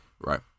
right